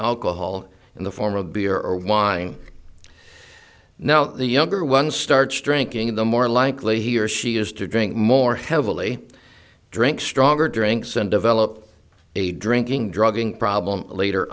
alcohol in the form of beer or wine now the younger one starts drinking the more likely he or she is to drink more heavily drink stronger drinks and develop a drinking drugging problem later